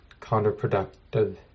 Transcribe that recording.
counterproductive